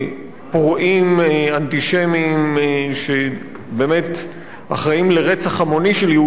פורעים אנטישמים שבאמת אחראים לרצח המוני של יהודים,